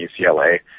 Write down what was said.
UCLA